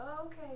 Okay